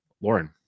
Lauren